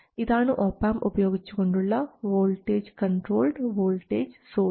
ഇതാണ് ഒപാംപ് ഉപയോഗിച്ചുകൊണ്ടുള്ള voltage controlled voltage source